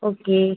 okay